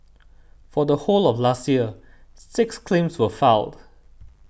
for the whole of last year six claims were filed